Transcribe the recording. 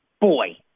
Boy